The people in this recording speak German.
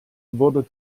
wurde